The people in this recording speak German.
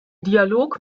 dialog